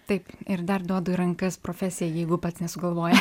taip ir dar duodu į rankas profesiją jeigu pats nesugalvoja